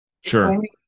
Sure